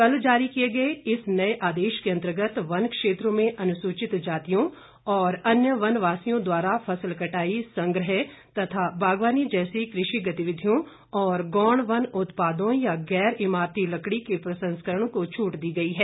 कल जारी किये गये इस नये आदेश के अंतर्गत वन क्षेत्रों में अनुसूचित जातियों और अन्य वन वासियों द्वारा फसल कटाई संग्रह तथा बागवानी जैसी कृषि गतिविधियों और गौण वन उत्पादों या गैर इमारती लकड़ी के प्रसंस्करण को छूट दी गई है